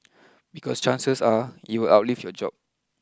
because chances are you will outlive your job